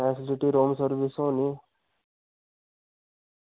facility होनी service थ्होनी